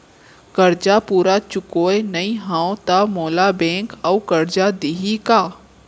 करजा पूरा चुकोय नई हव त मोला बैंक अऊ करजा दिही का?